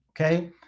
okay